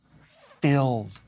filled